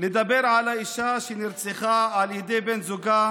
נדבר על האישה שנרצחה על ידי בן זוגה